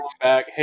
Hey